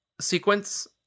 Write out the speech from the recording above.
sequence